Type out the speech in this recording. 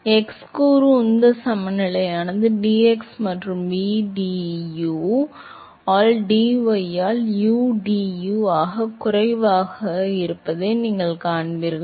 எனவே x கூறு உந்த சமநிலையானது dx மற்றும் vdu ஆல் dy ஆல் udu ஆகக் குறைவதை நீங்கள் காண்பீர்கள்